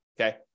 okay